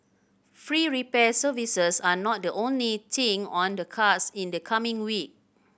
free repair services are not the only thing on the cards in the coming week